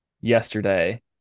yesterday